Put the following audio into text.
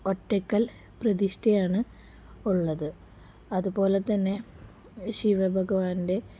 ഒറ്റക്കൽ പ്രതിഷ്ടഠിയാണ് ഉള്ളത് അതുപോലെ തന്നെ ശിവ ഭഗവാൻ്റെ